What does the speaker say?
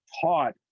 taught